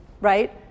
right